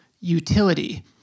utility